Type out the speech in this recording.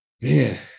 man